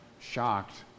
shocked